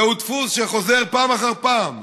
זהו דפוס שחוזר פעם אחר פעם.